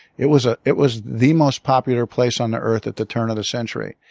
it was ah it was the most popular place on the earth at the turn of the century.